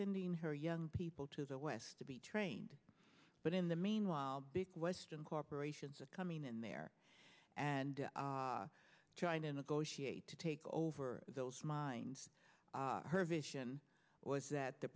sending her young people to the west to be trained but in the meanwhile big western corporations are coming in there and trying to negotiate to take over those mines her vision was that the